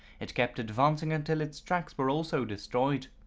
it kept advancing until its tracks were also destroyed.